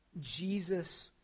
Jesus